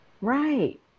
right